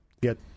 get